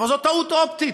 אבל זו טעות אופטית.